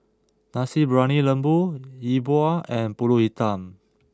Nasi Briyani Lembu Yi Bua and Pulut Hitam